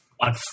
on